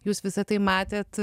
jūs visą tai matėt